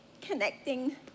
connecting